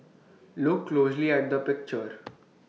look closely at the picture